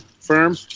firm